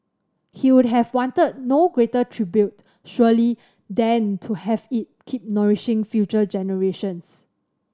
he would have wanted no greater tribute surely than to have it keep nourishing future generations